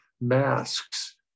masks